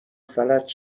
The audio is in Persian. فلج